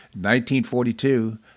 1942